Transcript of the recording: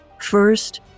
First